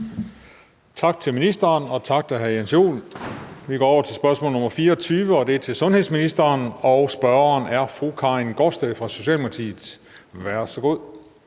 Tak til ministeren, og tak til hr. Jens Joel. Vi går over til spørgsmål nr. 24. Det er til sundhedsministeren, og spørgeren er fru Karin Gaardsted fra Socialdemokratiet. Kl.